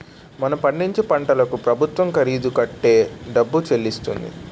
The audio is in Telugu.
మనం పండించే పంటకు ప్రభుత్వం ఖరీదు కట్టే డబ్బు చెల్లిస్తుంది